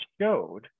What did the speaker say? showed